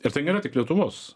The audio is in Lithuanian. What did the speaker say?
ir tai nėra tik lietuvos